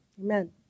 Amen